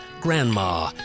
grandma